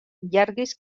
llargues